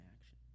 action